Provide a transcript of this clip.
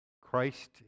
christ